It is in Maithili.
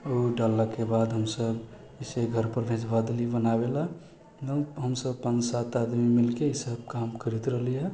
उ डाललाके बाद हमसभ उसे घरपर भिजबा देली बनाबै लए हमसभ पाँच सात आदमी मिलके ई काम करैत रहली हऽ